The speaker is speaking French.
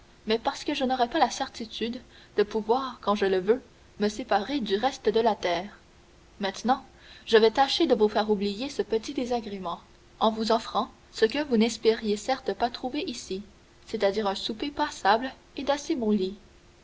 mais parce que je n'aurais pas la certitude de pouvoir quand je le veux me séparer du reste de la terre maintenant je vais tâcher de vous faire oublier ce petit désagrément en vous offrant ce que vous n'espériez certes pas trouver ici c'est-à-dire un souper passable et d'assez bons lits